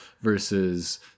versus